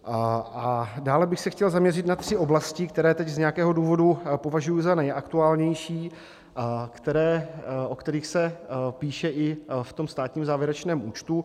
A dále bych se chtěl zaměřit na tři oblasti, které teď z nějakého důvodu považuji za nejaktuálnější, o kterých se píše i v tom státním závěrečném účtu.